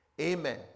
Amen